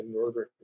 Northern